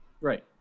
Right